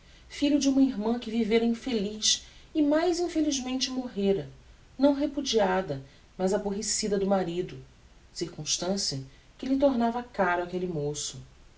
filho de um irmã que vivêra infeliz e mais infelizmente morrêra não repudiada mas aborrecida do marido circumstancia que lhe tornava caro aquelle moço